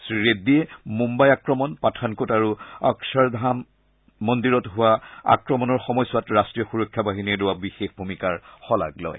শ্ৰীৰেড্ডিয়ে মুম্বাই আক্ৰমণ পাথানকোট আৰু অক্ষৰধান মন্দিৰত হোৱা আক্ৰমণৰ সময়ছোৱাত ৰাষ্ট্ৰীয় সূৰক্ষা বাহিনীয়ে লোৱা বিশেষ ভূমিকাৰ শলাগ লয়